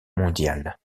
mondiale